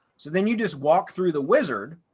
so then you just walk through the wizard,